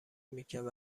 میکرد